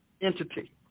entity